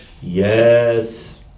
Yes